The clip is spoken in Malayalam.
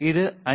ഇത് 5